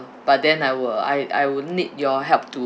but then I will I I will need your help to